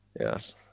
Yes